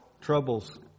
troubles